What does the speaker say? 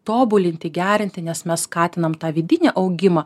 tobulinti gerinti nes mes skatinam tą vidinį augimą